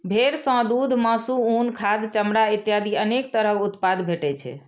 भेड़ सं दूघ, मासु, उन, खाद, चमड़ा इत्यादि अनेक तरह उत्पाद भेटै छै